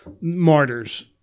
Martyrs